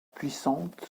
puissantes